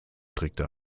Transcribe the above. strickte